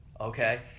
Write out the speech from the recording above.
okay